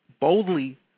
boldly